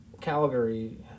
Calgary